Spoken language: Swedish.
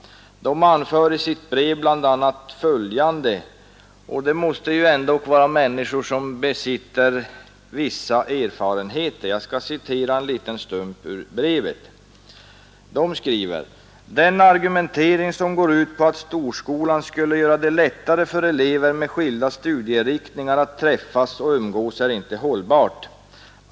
Det måste ju ändock vara människor som besitter en viss erfarenhet. De anför i sitt brev bl.a. följande: ”Den argumentering som går ut på att storskolan skulle göra det lättare för elever med skilda studieriktningar att träffas och umgås är inte hållbar.